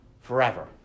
forever